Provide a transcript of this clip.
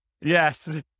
yes